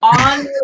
on